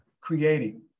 creating